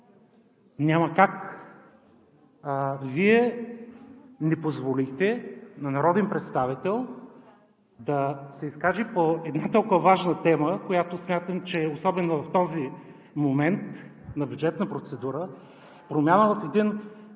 няма как – Вие не позволихте на народен представител да се изкаже по една толкова важна тема. Смятам, че тя е особено важна в този момент на бюджетна процедура на промяна в